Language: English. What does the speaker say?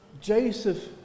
Joseph